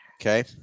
Okay